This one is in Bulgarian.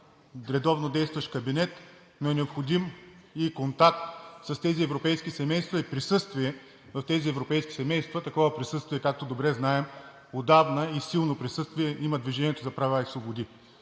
редовно действащ кабинет, но е необходим и контакт с тези европейски семейства, и присъствие на тези европейски семейства, а такова силно присъствие, както добре знаем, отдавна има „Движението за права и свободи“.